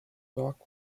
talk